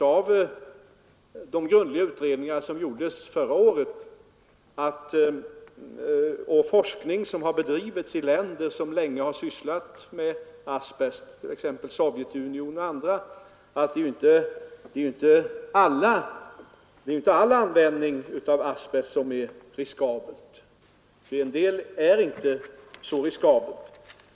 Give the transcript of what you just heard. Av de grundliga utredningar som gjordes förra året och av den forskning som bedrivits i länder som länge har sysslat med asbest, exempelvis Sovjetunionen och andra, har tydligt framgått att inte all användning av asbest är riskabel.